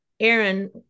Aaron